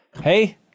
Hey